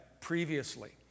previously